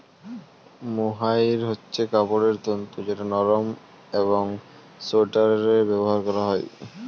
mohair হচ্ছে কাপড়ের তন্তু যেটা নরম একং সোয়াটারে ব্যবহার করা হয়